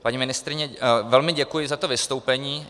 Paní ministryni velmi děkuji za to vystoupení.